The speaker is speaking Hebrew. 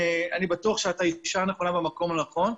אני בטוח שאת האישה הנכונה במקום הנכון.